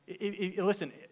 Listen